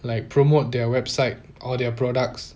like promote their website or their products